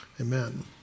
Amen